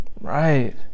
Right